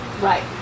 Right